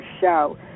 show